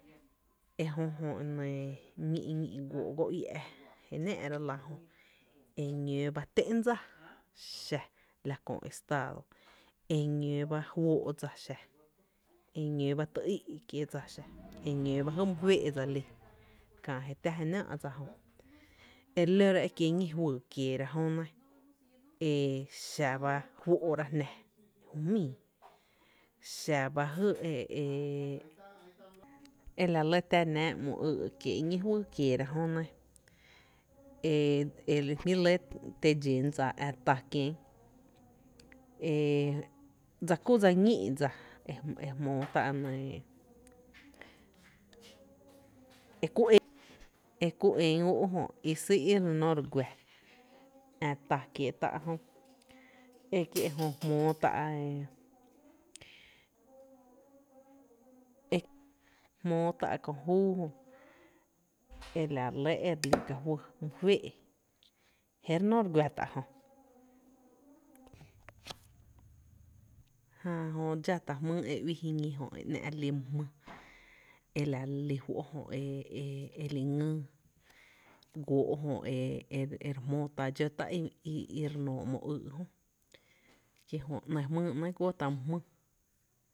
Ejö jö e nɇɇ ñí’ ñí’ guoo’ go iä’ je náá’ra la jö e ñóó ba té’n dsa xa la köö estado, eñoo ba foo’ dsa xa, eñóo ba tý í’ kiee’ dsa xa, eñóó ba jy mi féé’ e xa kä je tá je náá’ dsa jö e re lora e kiee’ ñí’ fyy kiera jö nɇ e xaba fóo’ra jná ju jmíí, xa ba e la lɇ tⱥ nⱥⱥ ‘mo ýý’ kie’ ñi’ fyy kieera jönɇ e la lɇ te dxen dsa ä tá kien e e dsa kú dsa ñíí dsa e jmóó t´pa ‘ e nɇɇ e e ku en úú’ Jö I SÝÝ i re no re guⱥ ää ta kiee’ tá’ jö e kie’ jö jmoo tá’ e E JMóo tⱥ’ köö júú jö e la re lɇ e re lí ka fy mu féé’ je re nó re gua tá jö, jää jö dxátá’ jmyy e uíí jiñi e ‘ná’ re lí my jmýý e la re li fó’ jö e li ngýý guóó’ jö ere jmóó ta dxó tá’ i re jmóo ‘mo ýý jö, kie’ jö ‘ny jmýý ‘néé’ guo Kí jö ‘ni jmýý néé’ guo tá’ my jmýý.